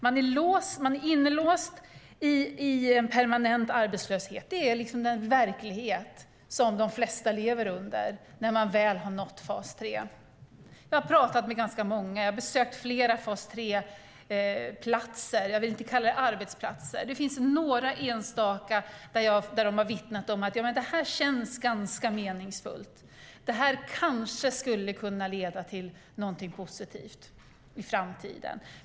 Man är inlåst i en permanent arbetslöshet. Det är den verklighet som de flesta lever i när de väl har nått fas 3. Jag har pratat med ganska många. Jag har besökt flera fas 3-platser - jag vill inte kalla dem arbetsplatser. Det finns några enstaka som har sagt: Ja, men det här känns ganska meningsfullt. Det här kanske skulle kunna leda till någonting positivt i framtiden.